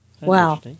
Wow